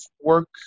work